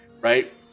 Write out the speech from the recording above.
right